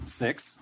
six